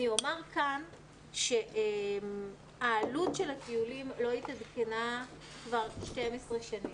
אני אומַר כאן שהעלות של הטיולים לא התעדכנה כבר 12 שנים.